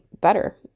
better